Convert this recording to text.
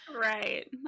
Right